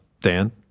Dan